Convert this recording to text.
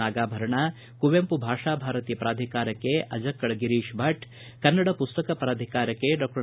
ನಾಗಾಭರಣ ಕುವೆಂಪು ಭಾಷಾ ಭಾರತಿ ಪ್ರಾಧಿಕಾರಕ್ಕೆ ಅಜಕ್ಕಳ ಗಿರೀಶ್ ಭಟ್ ಕನ್ನಡ ಪುಸ್ತಕ ಪ್ರಾಧಿಕಾರಕ್ಷೆ ಡಾಕ್ಷರ್ ಎಂ